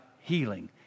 healing